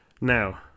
Now